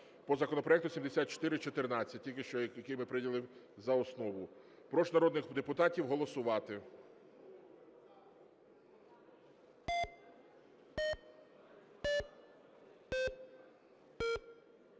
по законопроекту 7414, тільки що який ми прийняли за основу. Прошу народних депутатів голосувати.